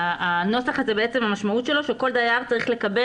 המשמעות של הנוסח הזה היא שכל דייר צריך לקבל